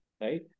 Right